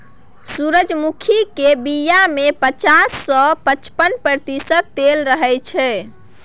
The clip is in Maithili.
सूरजमुखी केर बीया मे पचास सँ पचपन प्रतिशत तेल रहय छै